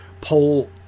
pull